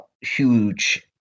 huge